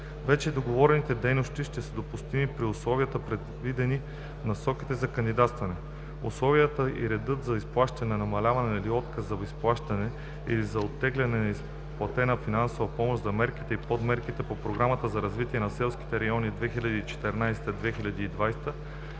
Вече договорените дейности ще са допустими при условията, предвидени в насоките за кандидатстване. Условията и редът за изплащане, намаляване или отказ за изплащане, или за оттегляне на изплатената финансова помощ за мерките и подмерките по Програмата за развитие на селските райони 2014 – 2020